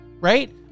right